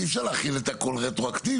אי אפשר להחיל את הכל רטרואקטיבי.